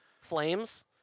flames